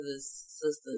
sister's-